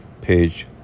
Page